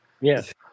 Yes